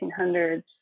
1800s